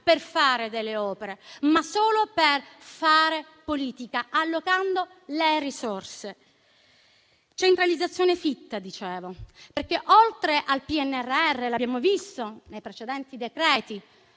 per fare delle opere, ma serve solo per fare politica allocando le risorse. Centralizzazione fitta, dicevo, perché oltre al PNNR - l'abbiamo visto nei precedenti decreti